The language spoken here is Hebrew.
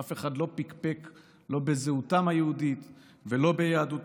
אף אחד לא פקפק לא בזהותם היהודית ולא ביהדותם.